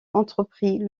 entreprit